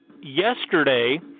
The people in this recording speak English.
yesterday